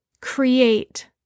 create